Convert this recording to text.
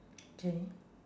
okay